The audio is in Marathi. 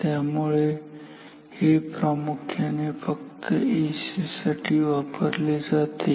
त्यामुळे हे प्रामुख्याने फक्त एसी साठी वापरले जाते